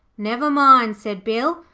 never mind said bill.